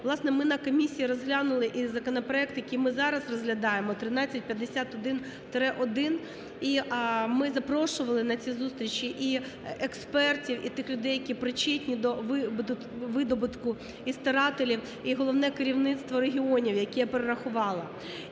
Власне, ми на комісії розглянули і законопроект, який ми зараз розглядаємо 1351-1 і ми запрошували на ці зустрічі і експертів, і тих людей, які причетні до видобутку, і старателів, і головне керівництво регіонів, які я перерахувала.